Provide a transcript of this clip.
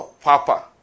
papa